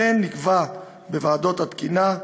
לכן נקבע שינוי מבני בוועדות התקינה,